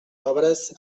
obres